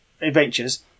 adventures